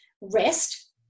rest